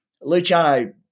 Luciano